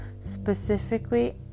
specifically